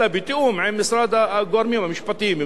אלא בתיאום עם הגורמים המשפטיים,